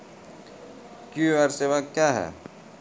QR सेवा क्या हैं?